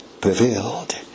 prevailed